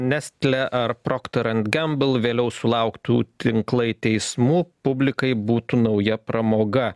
nestle ar procter and gamble vėliau sulauktų tinklai teismų publikai būtų nauja pramoga